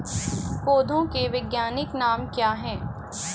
पौधों के वैज्ञानिक नाम क्या हैं?